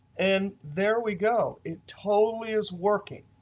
and there we go. it totally is working.